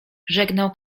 żegnał